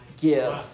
give